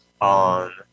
on